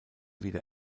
wieder